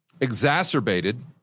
exacerbated